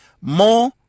more